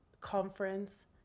conference